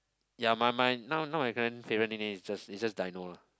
ya my my now now my current favorite name is just is just dino lor